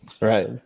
right